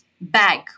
bag